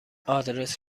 آدرس